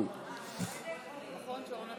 הוראת שעה,